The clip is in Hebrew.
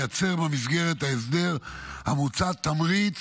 לייצר במסגרת ההסדר המוצע תמריץ